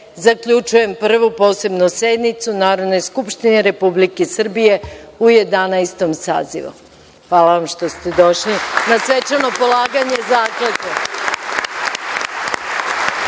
zaključujem Prvu posebnu sednicu Narodne skupštine Republike Srbije u Jedanaestom sazivu. Hvala vam što ste došli na svečano polaganje Zakletve.